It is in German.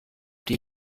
die